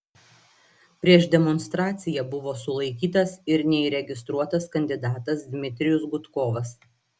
prieš demonstraciją buvo sulaikytas ir neįregistruotas kandidatas dmitrijus gudkovas